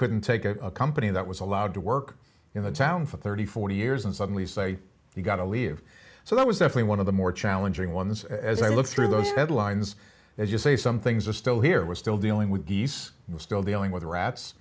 couldn't take a company that was allowed to work in the town for thirty forty years and suddenly say you got to leave so that was actually one of the more challenging ones as i look through those headlines as you say some things are still here was still dealing with he's still dealing with rats